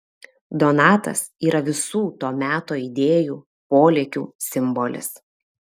donatas yra visų to meto idėjų polėkių simbolis